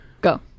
Go